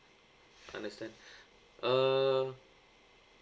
understand err